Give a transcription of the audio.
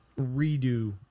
redo